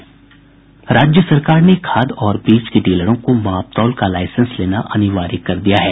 राज्य सरकार ने खाद और बीज के डीलरों को मापतौल का लाईसेंस लेना अनिर्वाय कर दिया है